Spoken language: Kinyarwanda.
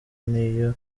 n’iyo